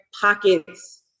pockets